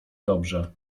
dobrze